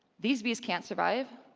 these bees can't survive.